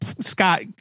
Scott